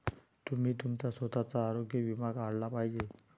तुम्ही तुमचा स्वतःचा आरोग्य विमा काढला पाहिजे